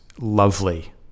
lovely